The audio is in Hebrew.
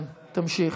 כן, תמשיך.